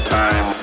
time